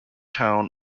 town